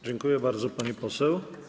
Dziękuję bardzo, pani poseł.